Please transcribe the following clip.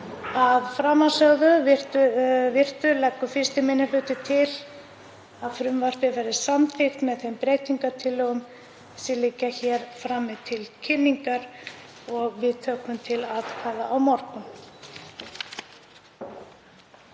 Af framansögðu virtu leggur 1. minni hluti til að frumvarpið verði samþykkt með þeim breytingartillögum sem liggja hér frammi til kynningar og við tökum til atkvæða á morgun.